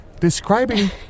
Describing